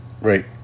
Right